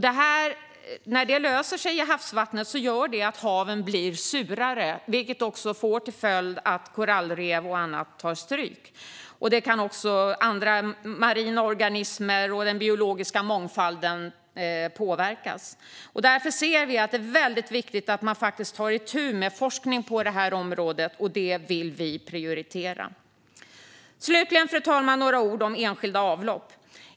Då blir haven surare, vilket får till följd att korallrev och andra marina organismer tar stryk och den biologiska mångfalden påverkas. Därför är det viktigt att ta itu med forskning på detta område, och det vill vi prioritera. Fru talman! Till sist några ord om enskilda avlopp.